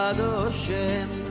Adoshem